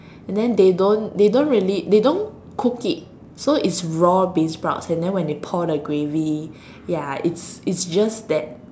and then they don't they don't really they don't cook it so it's raw beansprouts and then when they pour the gravy ya it's it's just that